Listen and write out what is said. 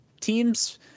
teams –